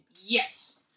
Yes